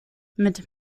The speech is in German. mit